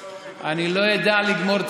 וככה אני לא יודע לגמור את,